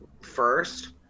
first